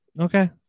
Okay